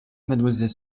mademoiselle